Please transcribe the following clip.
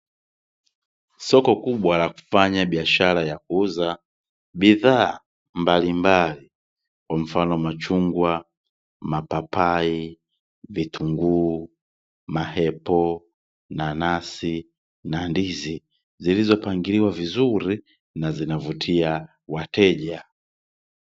Soko kubwa la kufanya biashara ya kuuza bidhaa mbalimbali, kwa mfano: machungwa, mapapai, vitunguu, maepo, nanasi na ndizi, zilizopangiliwa vizuri na zinavutia wateja.